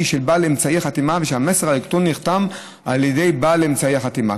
של בעל אמצעי החתימה ושהמסר האלקטרוני נחתם על ידי בעל אמצעי החתימה.